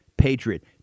patriot